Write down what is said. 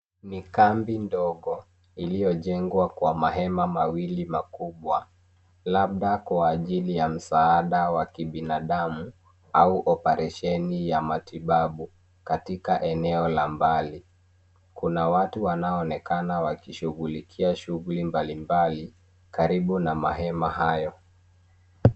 Ni kambi ndogo iliyojengwa kwa mahema mawili makubwa labda kwa ajili ya msaada wa kibinadamu au oparesheni ya matibabu katika eneo la mbali. Kuna watu wanaoonekana wakishugulikia shuguli mbalimbali karibu na ma hema hayo.